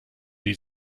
die